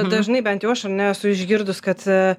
dažnai bent jau aš ar ne esu išgirdus kad